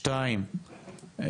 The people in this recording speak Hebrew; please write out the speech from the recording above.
שניים,